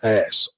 ass